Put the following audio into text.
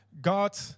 God